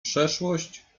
przeszłość